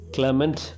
Clement